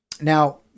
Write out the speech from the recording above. Now